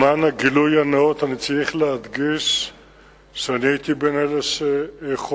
למען הגילוי הנאות אני צריך להדגיש שאני הייתי בין אלה שחוקקו,